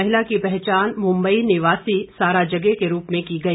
महिला की पहचान मुम्बई निवासी साराजगे के रूप में की गई